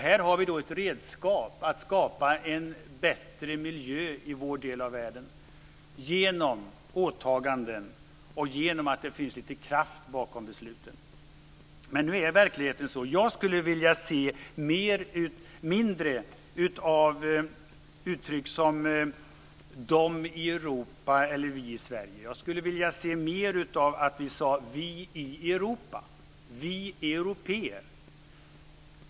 Här har vi nu ett redskap för att åstadkomma en bättre miljö i vår del av världen genom åtaganden och genom att det finns lite kraft bakom besluten. Jag skulle vilja se mindre av uttryck som "de i Europa" och "vi i Sverige". Jag skulle vilja att vi sade "vi i Europa" och "vi européer".